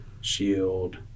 Shield